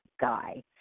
guy